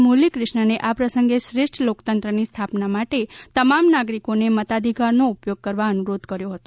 મુરલીકિશ્નને આ પ્રસંગે શ્રેષ્ઠ લોકતંત્રની સ્થાપના માટે તમામ નાગરિકોને મતાધિકારનો ઉપયોગ કરવા અનુરોધ કર્યો હતો